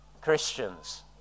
Christians